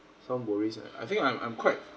some worries I I I think I'm I'm quite